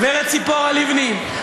גברת צפורה לבני,